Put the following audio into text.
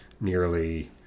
nearly